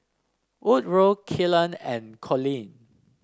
Woodroe Kylan and Colleen